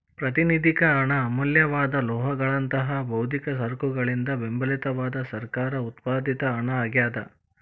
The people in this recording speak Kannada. ಪ್ರಾತಿನಿಧಿಕ ಹಣ ಅಮೂಲ್ಯವಾದ ಲೋಹಗಳಂತಹ ಭೌತಿಕ ಸರಕುಗಳಿಂದ ಬೆಂಬಲಿತವಾದ ಸರ್ಕಾರ ಉತ್ಪಾದಿತ ಹಣ ಆಗ್ಯಾದ